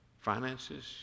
finances